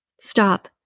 Stop